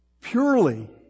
purely